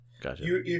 gotcha